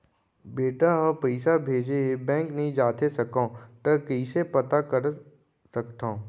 बेटा ह पइसा भेजे हे बैंक नई जाथे सकंव त कइसे पता कर सकथव?